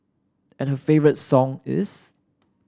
and her favourite song is